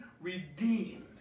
redeemed